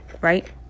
right